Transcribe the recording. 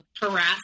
harass